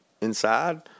inside